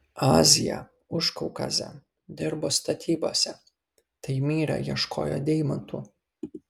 aziją užkaukazę dirbo statybose taimyre ieškojo deimantų